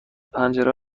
پنجره